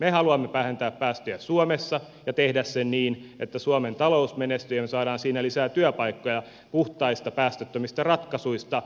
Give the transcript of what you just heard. me haluamme vähentää päästöjä suomessa ja tehdä sen niin että suomen talous menestyy ja me saamme siinä lisää työpaikkoja puhtaista päästöttömistä ratkaisuista